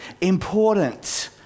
important